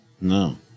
No